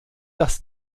dass